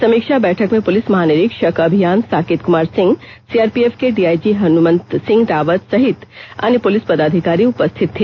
समीक्षा बैठक में पुलिस महानिरीक्षक अभियान साकेत कुमार सिंह सीआरपीएफ के डीआईजी हनुमंत सिंह रावत सहित अन्य पुलिस पदाधिकारी उपस्थित रहे